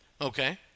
okay